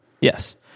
Yes